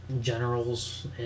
generals